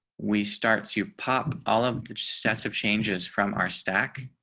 we start to pop all of the sets of changes from our stack.